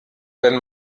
wenn